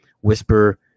Whisper